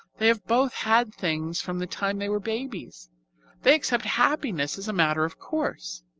they have both had things from the time they were babies they accept happiness as a matter of course.